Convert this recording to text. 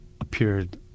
appeared